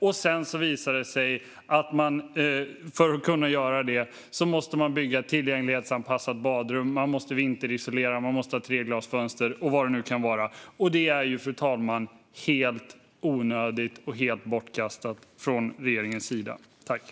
Men det visar sig att för att kunna göra det måste de bygga ett tillgänglighetsanpassat badrum, vinterisolera, ha treglasfönster och vad det nu kan vara. Det är helt onödigt och helt bortkastat från regeringens sida, fru talman.